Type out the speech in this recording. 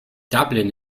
dublin